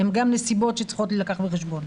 הן גם נסיבות שצריכות להילקח בחשבון.